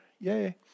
Yay